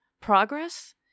progress